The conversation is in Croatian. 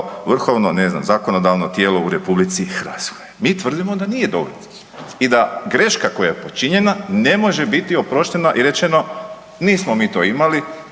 vrhovno, ne znam, zakonodavno tijelo u RH? Mi tvrdimo da nije dovoljno i da greška koja je počinjena ne može bit oproštena i rečeno, nismo mi to imali,